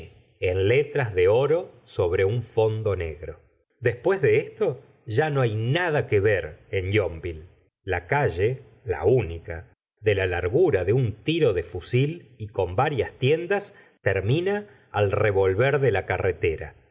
en letras de oro sobre un fondo negro después de esto ya no hay nada que ver en yonville la calle la única de la largura de un tiro de fusil y con varias tiendas termina al revolver de la carretera